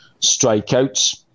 strikeouts